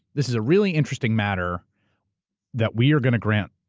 this is a really interesting matter that we are gonna grant.